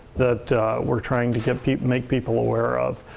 that we're trying to make people aware of.